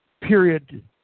period